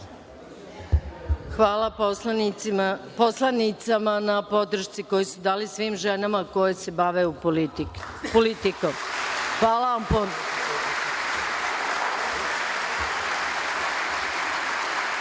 Hvala poslanicama na podršci koju su dali svim ženama koje se bave politikom. Hvala vam